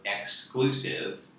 exclusive